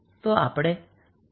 તો હવે અપણે શું કરીશું